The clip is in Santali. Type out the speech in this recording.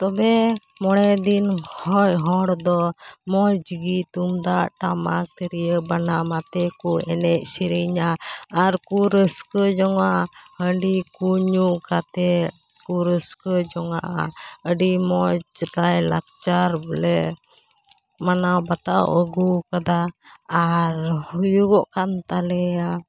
ᱛᱚᱵᱮ ᱢᱚᱬᱮ ᱫᱤᱱ ᱦᱚᱭ ᱦᱚᱲ ᱫᱚ ᱢᱚᱡᱽ ᱜᱤ ᱛᱩᱢᱫᱟᱜ ᱴᱟᱢᱟᱠ ᱛᱤᱨᱭᱟᱹ ᱵᱟᱱᱟᱢ ᱟᱛᱮ ᱠᱚ ᱮᱱᱮᱡ ᱥᱮᱨᱮᱧᱟ ᱟᱨᱠᱚ ᱨᱟᱹᱥᱠᱟᱹ ᱡᱚᱝ ᱟ ᱦᱟᱺᱰᱤ ᱠᱚ ᱧᱩ ᱠᱟᱛᱮ ᱠᱚ ᱨᱟᱹᱥᱠᱟᱹ ᱡᱚᱝ ᱟ ᱟᱹᱰᱤ ᱢᱚᱡᱽ ᱞᱟᱭᱞᱟᱠᱪᱟᱨ ᱵᱚᱞᱮ ᱢᱟᱱᱟᱣ ᱵᱟᱛᱟᱣ ᱟᱹᱜᱩᱣᱟᱠᱟᱫᱟ ᱟᱨ ᱦᱩᱭᱩᱜᱚᱜ ᱠᱟᱱ ᱛᱟᱞᱮᱭᱟ